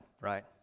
right